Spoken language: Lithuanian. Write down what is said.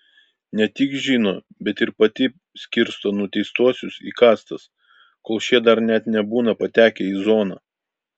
ne tik žino bet ir pati skirsto nuteistuosius į kastas kol šie dar net nebūna patekę į zoną